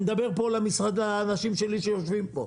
אני מדבר פה על משרד, האנשים שלי שיושבים פה.